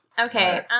Okay